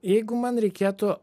jeigu man reikėtų